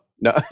No